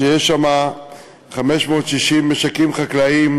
שיש בה 560 משקים חקלאיים,